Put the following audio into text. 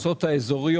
ושאר הרשויות?